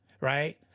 Right